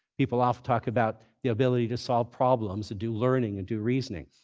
people often talk about the ability to solve problems, to do learning and do reasoning.